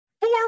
Four